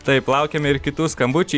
taip laukiame ir kitų skambučių